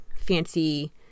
fancy